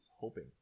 hoping